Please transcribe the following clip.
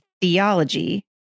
theology